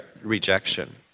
rejection